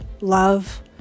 love